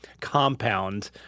compound